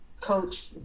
coach